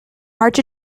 march